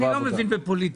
אני לא מבין בפוליטיקה.